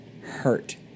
hurt